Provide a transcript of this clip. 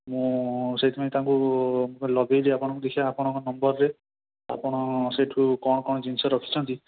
ମୁଁ ସେଇଥିପାଇଁ ତାଙ୍କୁ ଲଗାଇଲି ଆପଣଙ୍କୁ ଦେଖିବା ଆପଣଙ୍କ ନମ୍ବରରେ ଆପଣ ସେଇଠୁ କ'ଣ କ'ଣ ଜିନିଷ ରଖିଛନ୍ତି